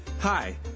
Hi